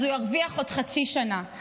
אז הוא ירוויח עוד חצי שנה,